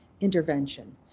intervention